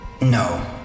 No